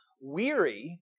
weary